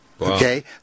okay